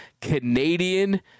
Canadian